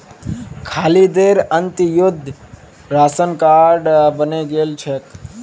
खालिदेर अंत्योदय ration card बने गेल छेक